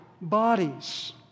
bodies